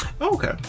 Okay